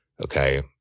okay